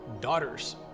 daughters